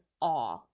awe